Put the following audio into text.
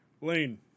Lane